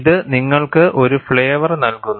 ഇത് നിങ്ങൾക്ക് ഒരു ഫ്ളെവർ നൽകുന്നു